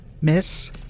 Miss